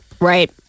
Right